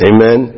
Amen